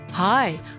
Hi